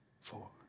four